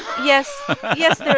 yes yes, there